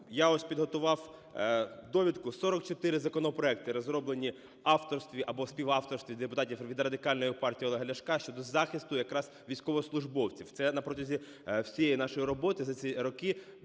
Я ось підготував довідку. 44 законопроекти розроблені в авторстві або співавторстві депутатів від Радикальної партії Олега Ляшка щодо захисту якраз військовослужбовців. Це протягом всієї нашої роботи за ці роки.